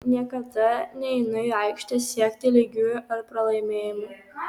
niekada neinu į aikštę siekti lygiųjų ar pralaimėjimo